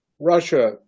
Russia